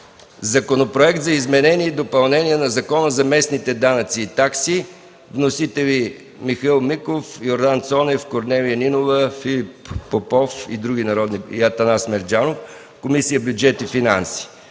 Законопроект за изменение и допълнение на Закона за местните данъци и такси. Вносители – Михаил Миков, Йордан Цонев, Корнелия Нинова, Филип Попов и Атанас Мерджанов. Разпределен е на